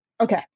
okay